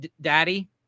daddy